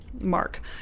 mark